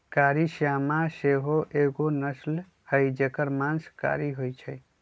कारी श्यामा सेहो एगो नस्ल हई जेकर मास कारी होइ छइ